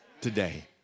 today